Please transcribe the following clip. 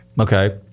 okay